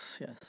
Yes